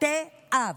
"בתי אב".